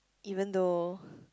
even though